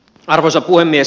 arvoisa puhemies